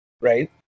right